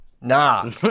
nah